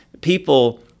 people